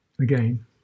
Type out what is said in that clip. again